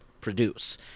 produce